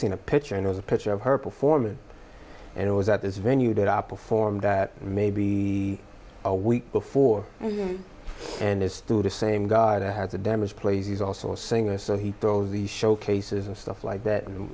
seen a picture and was a picture of her performance and it was at this venue that i performed that may be a week before and it's to the same god i had the damage plays he's also a singer so he throws the showcases and stuff like that and